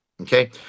okay